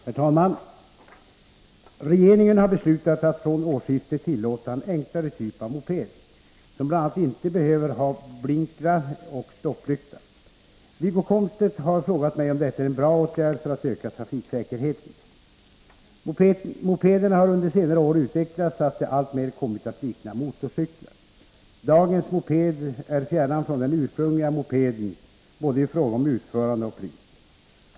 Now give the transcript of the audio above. Herr talman! Regeringen har beslutat att från årsskiftet tillåta en enklare typ av moped, som bl.a. inte behöver ha blinkrar och stopplykta. Wiggo Komstedt har frågat mig om detta är en bra åtgärd för att öka trafiksäkerheten. Mopederna har under senare år utvecklats så att de alltmer kommit att likna motorcyklar. Dagens moped är fjärran från den ursprungliga mopeden i fråga om både utförande och pris.